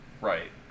right